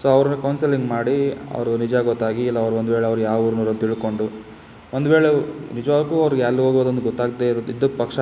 so ಅವ್ರು counselling ಮಾಡಿ ಅವರು ನಿಜ ಗೊತ್ತಾಗಿ ಇಲ್ಲ ಅವ್ರು ಒಂದು ವೇಳೆ ಅವ್ರು ಯಾವ ಊರಿನವ್ರು ತಿಳ್ಕೊಂಡು ಒಂದು ವೇಳೆ ನಿಜ್ವಾಗ್ಲೂ ಅವ್ರ್ಗೆ ಎಲ್ ಹೋಗೋದು ಅಂತ ಗೊತ್ತಾಗದೇ ಇದ್ದಿದ್ ಪಕ್ಷ